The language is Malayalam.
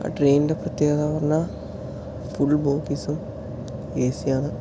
ആ ട്രെയിനിൻ്റെ പ്രത്യേകതയെന്ന് പറഞ്ഞാൽ ഫുൾ ബോഗീസും എ സി ആണ്